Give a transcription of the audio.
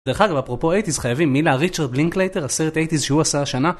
דרך אגב, אפרופו אייטיז, חייבים, הינה, ריצ'רד לינקלייטר, הסרט אייטיז שהוא עשה השנה